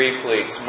please